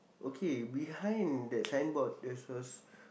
okay behind that signboard there's a